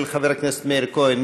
של חבר הכנסת מאיר כהן.